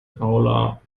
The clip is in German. paula